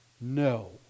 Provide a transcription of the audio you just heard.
No